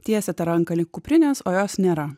tiesiate ranką link kuprinės o jos nėra